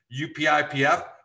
upipf